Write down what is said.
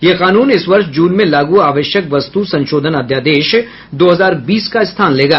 यह कानून इस वर्ष जून में लागू आवश्यक वस्तु संशोधन अध्यादेश दो हजार बीस का स्थान लेगा